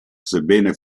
sebbene